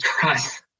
trust